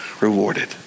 rewarded